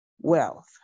wealth